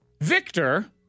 Victor